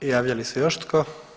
Javlja li se još tko?